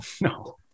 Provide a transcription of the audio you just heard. no